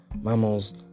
mammals